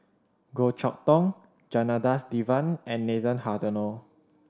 Goh Chok Tong Janadas Devan and Nathan Hartono